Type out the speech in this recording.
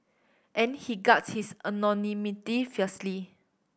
and he guards his anonymity fiercely